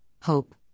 hope